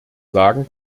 sagen